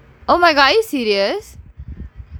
are you serious